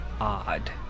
odd